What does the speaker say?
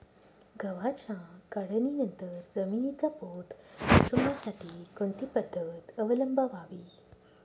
गव्हाच्या काढणीनंतर जमिनीचा पोत टिकवण्यासाठी कोणती पद्धत अवलंबवावी?